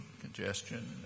congestion